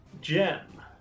Gem